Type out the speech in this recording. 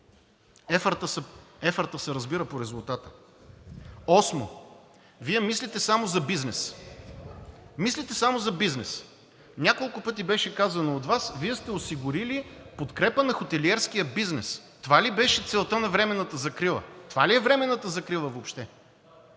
се разбират по резултата. Осмо, Вие мислите само за бизнес. Мислите само за бизнес! Няколко пъти беше казано от Вас – Вие сте осигурили подкрепа на хотелиерския бизнес. Това ли беше целта на временната закрила? Това ли е временната закрила въобще?